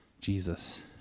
Jesus